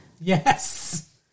Yes